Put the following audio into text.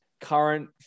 current